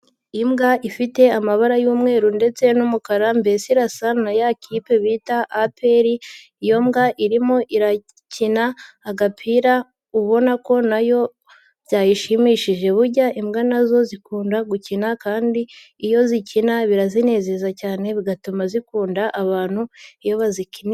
Imbwa ifite amabara y'umweru ndetse n'umukara mbese irasa na ya kipe bita APR, iyo mbwa irimo irakina agapira ubona ko nayo byayishimishije. Burya imbwa na zo zikunda gukina kandi iyo zikina birazinezeza cyane bigatuma zikunda abantu iyo bazikinisha.